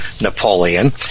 Napoleon